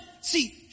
see